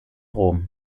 rom